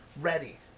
ready